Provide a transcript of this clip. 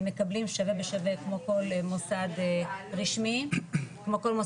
מקבלים שווה בשווה כמו כל מוסד רשמי במדינה,